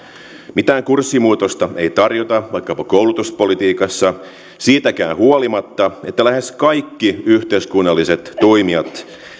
mitään kurssimuutosta ei tarjota vaikkapa koulutuspolitiikassa siitäkään huolimatta että lähes kaikki yhteiskunnalliset toimijat